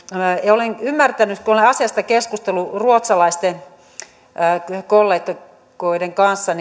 olen ymmärtänyt kun olen asiasta keskustellut ruotsalaisten kollegoiden kollegoiden kanssa